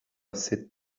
sit